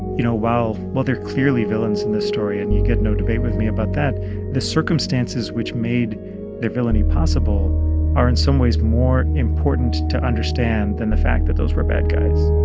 you know, while while they're clearly villains in this and you get no debate with me about that the circumstances which made their villainy possible are, in some ways, more important to understand than the fact that those were bad guys